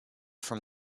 from